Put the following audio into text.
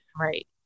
Right